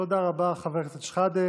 תודה רבה, חבר הכנסת שחאדה.